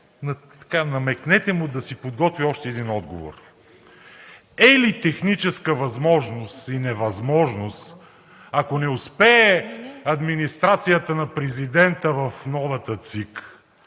намекнете му да си подготви още един отговор: е ли техническа възможност и невъзможност, ако не успее администрацията на президента в новата ЦИК